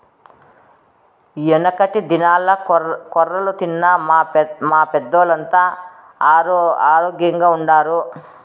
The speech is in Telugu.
యెనకటి దినాల్ల కొర్రలు తిన్న మా పెద్దోల్లంతా ఆరోగ్గెంగుండారు